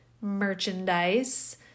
merchandise